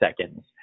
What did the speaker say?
seconds